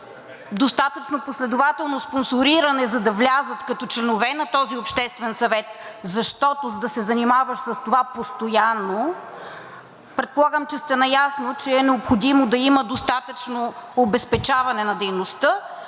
достатъчно последователно спонсориране, за да влязат като членове на този обществен съвет, защото, за да се занимаваш с това постоянно, предполагам, че сте наясно, че е необходимо да има достатъчно обезпечаване на дейността,